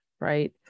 right